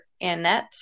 Annette